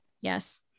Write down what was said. Yes